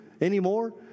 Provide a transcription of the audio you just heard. anymore